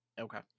Okay